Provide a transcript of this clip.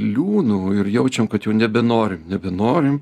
liūnu ir jaučiam kad jau nebenorim nebenorim